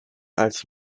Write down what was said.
als